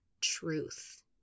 truth